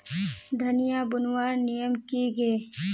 धनिया बूनवार नियम की गे?